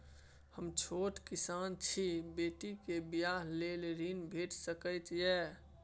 हम छोट किसान छी, बेटी के बियाह लेल ऋण भेट सकै ये?